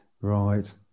Right